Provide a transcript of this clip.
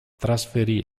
trasferì